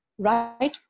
Right